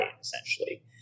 essentially